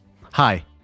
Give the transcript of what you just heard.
Hi